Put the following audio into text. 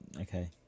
Okay